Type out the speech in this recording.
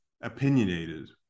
opinionated